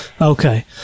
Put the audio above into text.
Okay